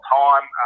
time